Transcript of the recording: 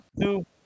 two